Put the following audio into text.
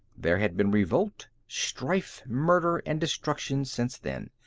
there had been revolt, strife, murder and destruction since then.